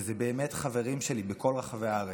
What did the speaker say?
וזה באמת חברים שלי, בכל רחבי הארץ.